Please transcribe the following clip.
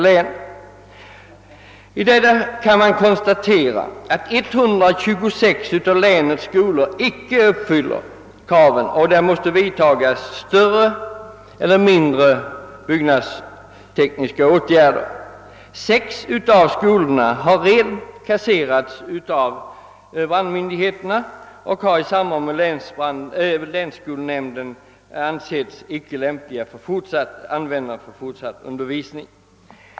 Man kan där konstatera, att 126 av länets skolor icke uppfyller de krav i fråga om brandsäkerhet som ställs på dem, varför större eller mindre byggnadstekniska åtgärder måste vidtagas för att undanröja bristerna. 6 av skolorna har helt kasserats av brandmyndigheterna och av brandcehefen i samråd med länsskolnämnden ansetts icke lämpliga för fortsatt användande såsom undervisningslokaler.